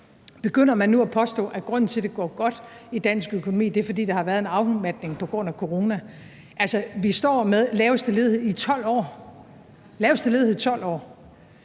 begynder man nu at påstå, at grunden til, at det går godt i dansk økonomi, er, at der har været en afmatning på grund af corona? Altså, vi står med den laveste ledighed i 12 år – den laveste ledighed i 12 år.